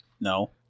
No